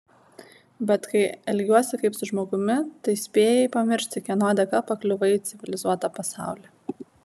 bet kai elgiuosi kaip su žmogumi tai spėjai pamiršti kieno dėka pakliuvai į civilizuotą pasaulį